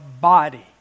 body